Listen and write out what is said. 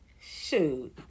Shoot